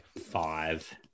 five